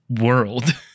world